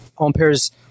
Ampere's